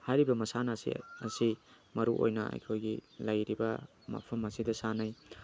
ꯍꯥꯏꯔꯤꯕ ꯃꯁꯥꯟꯅ ꯑꯁꯦ ꯑꯁꯤ ꯃꯔꯨ ꯑꯣꯏꯅ ꯑꯩꯈꯣꯏꯒꯤ ꯂꯩꯔꯤꯕ ꯃꯐꯝ ꯑꯁꯤꯗ ꯁꯥꯟꯅꯩ